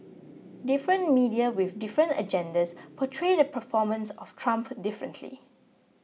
different media with different agendas portray the performance of Trump differently